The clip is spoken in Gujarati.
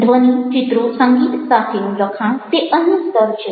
ધ્વનિ ચિત્રો સંગીત સાથેનું લખાણ તે અન્ય સ્તર છે